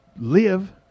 live